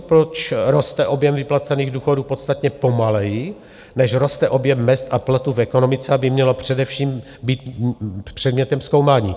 Proč roste objem vyplacených důchodů podstatně pomaleji, než roste objem mezd a platů v ekonomice, by mělo především být předmětem zkoumání.